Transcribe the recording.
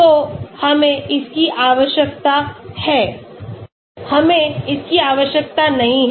तो हमें इसकी आवश्यकता है हमें इसकी आवश्यकता नहीं है